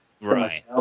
Right